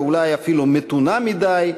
ואולי אפילו מתונה מדי,